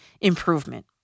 improvement